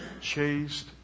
chased